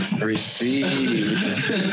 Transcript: received